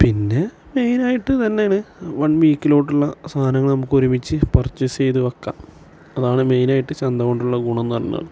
പിന്നെ മെയ്നായിട്ട് തന്നെയാണ് വൺ വീക്കിലോട്ടുള്ള സാധനങ്ങള് നമുക്കൊരുമിച്ച് പർച്ചേസ് ചെയ്ത് വെക്കാം അതാണ് മെയ്നായിട്ട് ചന്ത കൊണ്ടുള്ള ഗുണമെന്ന് പറഞ്ഞാൽ